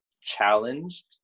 challenged